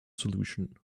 solution